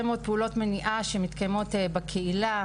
מאוד פעולות מניעה שמתקיימות בקהילה,